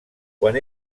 quan